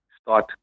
start